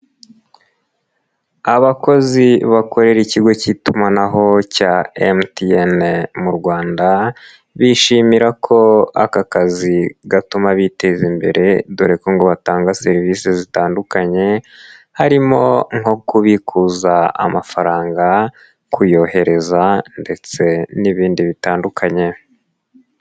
Abakozi bakorera ikigo cy'itumanaho cya MTN mu Rwanda, bishimira ko aka kazi gatuma biteza imbere dore ko ngo batanga serivisi zitandukanye, harimo nko kubikuza amafaranga, kuyohereza ndetse n'ibindi bitandukanye.